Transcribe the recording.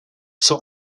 saw